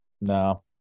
no